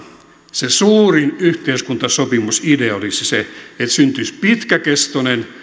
se suurin yhteiskuntasopimusidea olisi se että syntyisi pitkäkestoinen